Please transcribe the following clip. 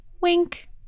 Wink